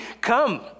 come